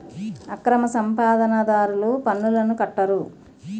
అక్రమ సంపాదన దారులు పన్నులను కట్టరు